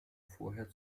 vorher